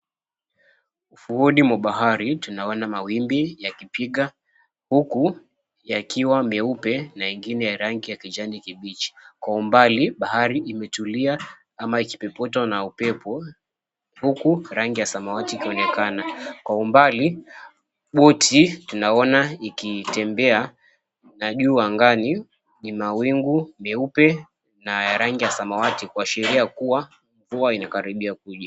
Ufuoni mwa bahari tunaona mawimbi yakipiga huku yakiwa meupe na mengine ya rangi kijanikibichi. Kwa umbali bahari imetulia ama ikipepetwa na upepo huku rangi ya samawati ikionekana. Kwa umbali boti naona ikitembea na juu angani ni mawingu meupe na ya rangi ya samawati kushairia kuwa mvua inakaribia kuja.